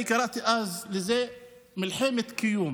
קראתי לזה אז מלחמת קיום